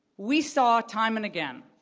we saw, time and again,